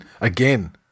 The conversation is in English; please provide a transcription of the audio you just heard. again